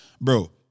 Bro